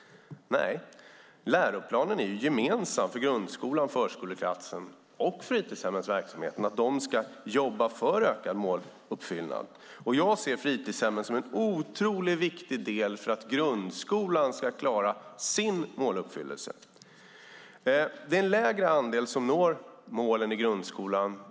Nej, läroplanen är ju gemensam för grundskola, förskoleklass och fritidshemsverksamhet. De ska jobba för ökad måluppfyllelse. Jag ser fritidshemmen som en otroligt viktig del för att grundskolan ska klara sin måluppfyllelse. Det är en lägre andel som når målen i grundskolan.